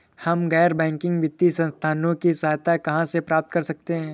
हम गैर बैंकिंग वित्तीय संस्थानों की सहायता कहाँ से प्राप्त कर सकते हैं?